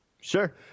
Sure